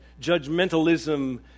judgmentalism